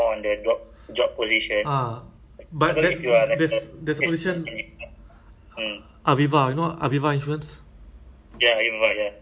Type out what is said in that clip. it's not permanent ah but actually because if those who no bonus then they should offer higher pay right